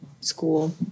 school